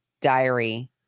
diary